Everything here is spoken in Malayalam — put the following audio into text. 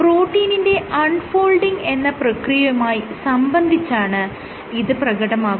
പ്രോട്ടീനിന്റെ അൺ ഫോൾഡിങ് എന്ന പ്രക്രിയയുമായി സംബന്ധിച്ചാണ് ഇത് പ്രകടമാകുന്നത്